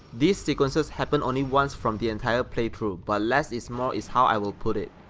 these sequences happened only once from the entire playthrough, but less is more is how i will put it.